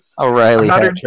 O'Reilly